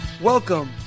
Welcome